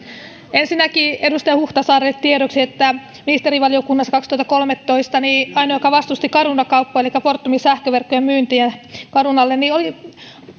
ensinnäkin edustaja huhtasaarelle tiedoksi että ministerivaliokunnassa kaksituhattakolmetoista ainoa joka vastusti caruna kauppoja elikkä fortumin sähköverkkojen myyntiä carunalle oli